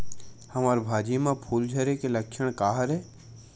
हमर भाजी म फूल झारे के लक्षण का हरय?